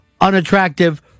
unattractive